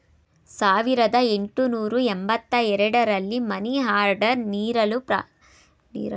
ಸಾವಿರದ ಎಂಟುನೂರು ಎಂಬತ್ತ ಎರಡು ರಲ್ಲಿ ಮನಿ ಆರ್ಡರ್ ನೀಡಲು ಪ್ರಾರಂಭಿಸಿದ ಅಮೇರಿಕನ್ ಎಕ್ಸ್ಪ್ರೆಸ್ ಅತಿದೊಡ್ಡ ಕಂಪನಿಯಾಗಿದೆ